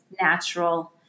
natural